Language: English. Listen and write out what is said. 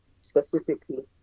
specifically